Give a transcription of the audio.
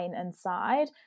inside